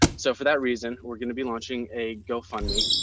so for that reason, we're going to be launching a go-fund me.